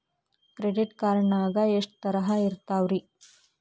Credit card ನಾಗ ಎಷ್ಟು ತರಹ ಇರ್ತಾವ್ರಿ?